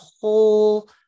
whole